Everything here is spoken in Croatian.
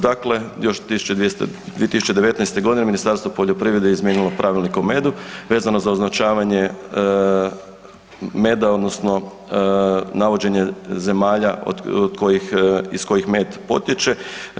Dakle, još 2019. g. Ministarstvo poljoprivrede je izmijenilo Pravilnik o medu, vezano za označavanje meda odnosno navođenje zemalja iz kojih med potječe.